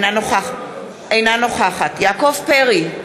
אינה נוכחת יעקב פרי,